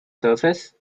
surface